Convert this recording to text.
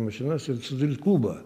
mašinas ir sudaryt klubą